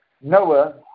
Noah